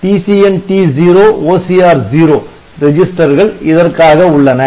TCNT0 OCR0 ரெஜிஸ்டர்கள் இதற்காக உள்ளன